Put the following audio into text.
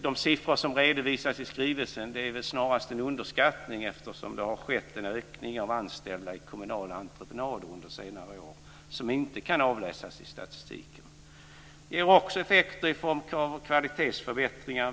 De siffror som redovisas i skrivelsen är snarast en underskattning, eftersom det har skett en ökning av antalet anställda i kommunala entreprenader under senare år som inte kan avläsas i statistiken. Det ger också effekter i form av kvalitetsförbättringar.